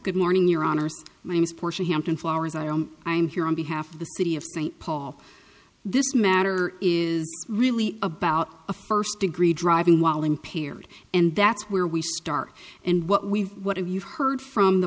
good morning your honor sir my name is portia hampton flowers i am i'm here on behalf of the city of st paul this matter is really about a first degree driving while impaired and that's where we start and what we what have you heard from the